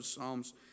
Psalms